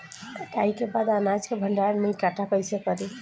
कटाई के बाद अनाज के भंडारण में इकठ्ठा कइसे करी?